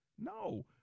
No